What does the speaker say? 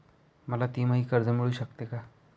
मला तिमाही कर्ज मिळू शकते का?